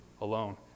alone